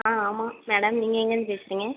ஆ ஆமாம் மேடம் நீங்கள் எங்கேயிருந்து பேசுறீங்கள்